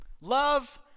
Love